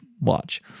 watch